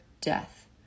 death